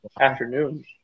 afternoon